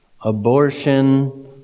Abortion